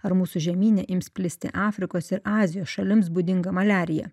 ar mūsų žemyne ims plisti afrikos ir azijos šalims būdinga maliarija